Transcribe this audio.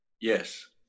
Yes